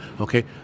okay